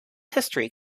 history